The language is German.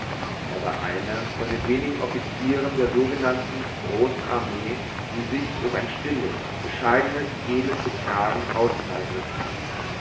er war einer von den wenigen offizieren der sogenannten großen armee die sich durch ein stilles bescheidnes edles betragen auszeichneten